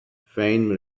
فین